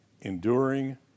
Enduring